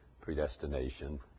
predestination